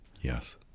Yes